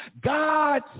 God